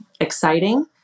exciting